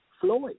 Floyd